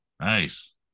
Nice